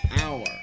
hour